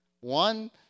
One